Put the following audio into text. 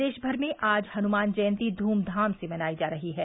प्रदेश भर में आज हनुमान जयंती ध्रमधाम से मनायी जा रही है